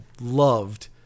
loved